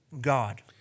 God